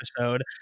episode